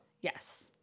Yes